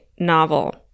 Novel